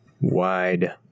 wide